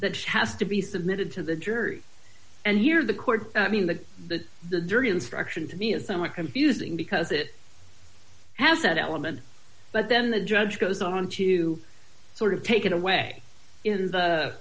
that has to be submitted to the jury and here the court i mean the the the jury instruction to me is somewhat confusing because it has that element but then the judge goes on to sort of take it away in the